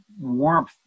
warmth